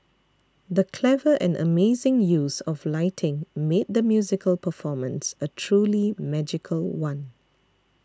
the clever and amazing use of lighting made the musical performance a truly magical one